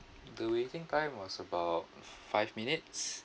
the waiting time was about f~ five minutes